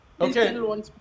Okay